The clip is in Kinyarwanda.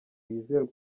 wizerwe